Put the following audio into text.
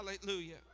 hallelujah